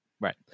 Right